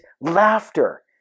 laughter